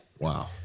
Wow